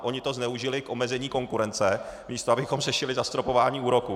Oni to zneužili k omezení konkurence, místo abychom řešili zastropování úroků.